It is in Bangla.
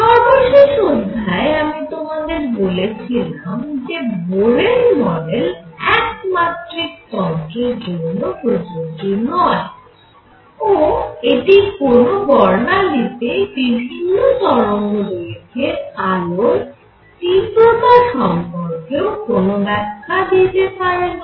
সর্বশেষ অধ্যায়ে আমি তোমাদের বলেছিলাম যে বোরের মডেল একমাত্রিক তন্ত্রের জন্য প্রযোজ্য নয় ও এটি কোন বর্ণালীতে বিভিন্ন তরঙ্গদৈর্ঘ্যের আলোর তীব্রতা সম্পর্কেও কোন ব্যাখ্যা দিতে পারেনা